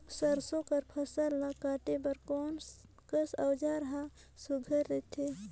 सरसो कर फसल ला काटे बर कोन कस औजार हर सुघ्घर रथे?